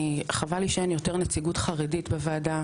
חבל לי שאין יותר נציגות חרדית בוועדה,